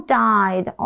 died